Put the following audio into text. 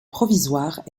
provisoire